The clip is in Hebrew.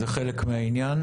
זה חלק מהעניין.